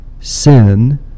sin